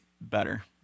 better